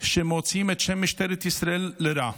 שמוציאים את שם משטרת ישראל לרעה,